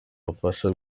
bufasha